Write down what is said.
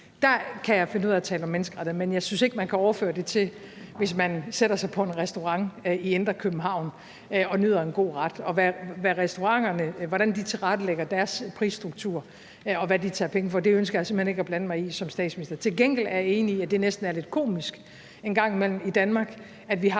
Der kan jeg finde ud af at tale om menneskerettigheder, men jeg synes ikke, at man kan overføre det til, hvis man sidder på en restaurant i indre København og nyder en god ret. Hvordan restauranterne tilrettelægger deres prisstruktur, og hvad de tager penge for, ønsker jeg simpelt hen ikke at blande mig i som statsminister. Til gengæld er jeg enig i, at det næsten er lidt komisk en gang imellem i Danmark, at vi har